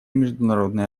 международной